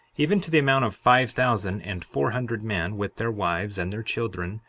even to the amount of five thousand and four hundred men, with their wives and their children,